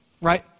Right